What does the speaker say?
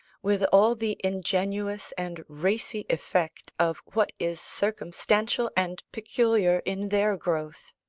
with all the ingenuous and racy effect of what is circumstantial and peculiar in their growth.